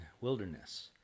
wilderness